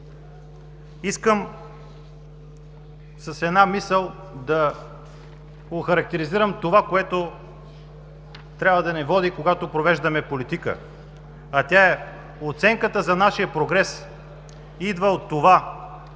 Искам с една мисъл да охарактеризирам това, което трябва да ни води, когато провеждаме политика, а тя е: „Оценката за нашия прогрес идва от това